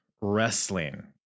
wrestling